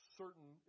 certain